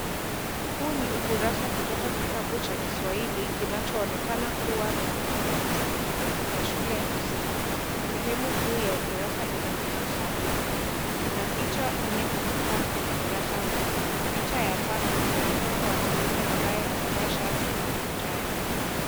Huu ni ukurasa kutoka kitabu cha kiswahili kinachoonekana kuwa na wanafunzi. Ya shule ya msingi. Sehemu kuu ya ukurasa inahusu sarufi. Kuna picha nne katika ukurasa huu. Picha ya tatu ina mtoto wa kiume ambaye amevaa shati la manjano.